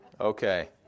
okay